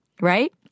right